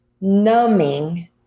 numbing